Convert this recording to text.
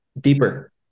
deeper